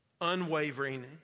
Unwavering